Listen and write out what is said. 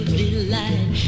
delight